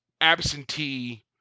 absentee